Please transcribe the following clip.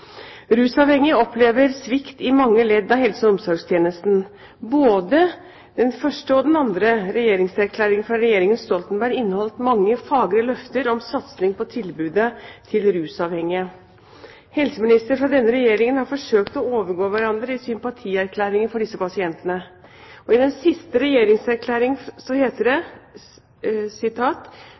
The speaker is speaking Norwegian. Rusavhengige opplever svikt i mange ledd i helse- og omsorgstjenesten. Både den første og den andre regjeringserklæringen fra regjeringen Stoltenberg innholdt mange fagre løfter om satsing på tilbudet til rusavhengige. Helseministre fra denne regjeringen har forsøkt å overgå hverandre i sympatierklæringer for disse pasientene. I den siste regjeringserklæringen heter det